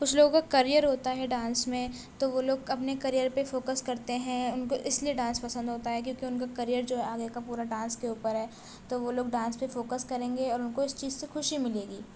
کچھ لوگوں کا کریئر ہوتا ہے ڈانس میں تو وہ لوگ اپنے کریئر پہ فوکس کرتے ہیں ان کو اس لیے ڈانس پسند ہوتا ہے کیوں کہ ان کا کریئر جو ہے آگے کا پورا ڈانس کے اوپر ہے تو وہ لوگ ڈانس پہ فوکس کریں گے اور ان کو اس چیز سے خوشی ملے گی